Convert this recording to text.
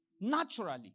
naturally